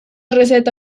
receta